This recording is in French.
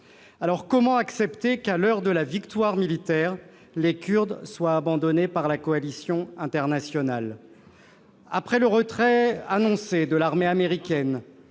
Alors, comment accepter qu'à l'heure de la victoire militaire les Kurdes soient abandonnés par la coalition internationale ? Après le retrait annoncé de l'armée américaine,